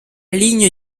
ligne